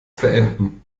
beenden